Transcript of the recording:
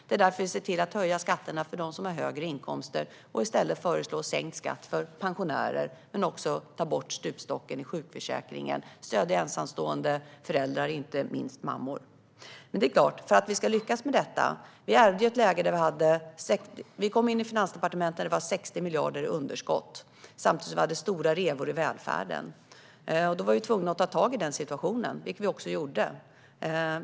Det är därför vi ser till att höja skatterna för dem som har högre inkomster och i stället föreslår sänkt skatt för pensionärer. Det är också därför vi tar bort stupstocken i sjukförsäkringen och stöder ensamstående föräldrar - inte minst mammor. Vi kom in på Finansdepartementet i ett läge där det var 60 miljarder i underskott samtidigt som vi hade stora revor i välfärden. Då var vi tvungna att ta tag i situationen, vilket vi också gjorde.